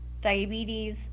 diabetes